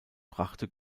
brachte